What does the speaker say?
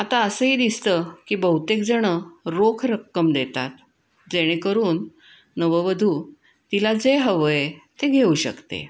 आता असंही दिसतं की बहुतेकजणं रोख रक्कम देतात जेणेकरून नववधू तिला जे हवं आहे ते घेऊ शकते